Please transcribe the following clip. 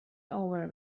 over